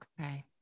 Okay